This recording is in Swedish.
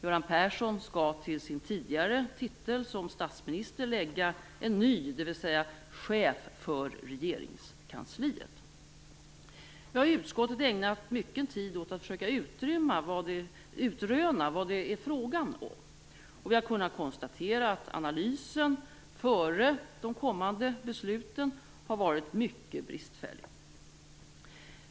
Göran Persson skall till sin tidigare titel som statsminister lägga en ny, dvs. chef för regeringskansliet. Vi har i utskottet ägnat mycken tid åt att försöka utröna vad det är frågan om, och vi har kunnat konstatera att analysen inför de kommande besluten har varit mycket bristfällig.